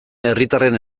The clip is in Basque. herritarren